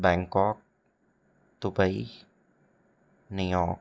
Bangkok Dubai New York